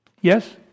Yes